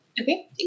Okay